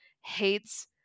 hates